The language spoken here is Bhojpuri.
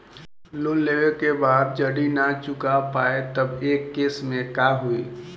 लोन लेवे के बाद जड़ी ना चुका पाएं तब के केसमे का होई?